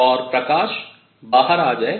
और प्रकाश बाहर आ जाए